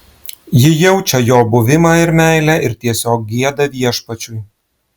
ji jaučia jo buvimą ir meilę ir tiesiog gieda viešpačiui